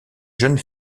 jeune